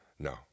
No